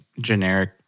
generic